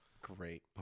Great